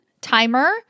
Timer